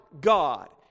God